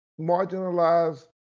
marginalized